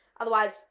otherwise